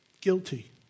Guilty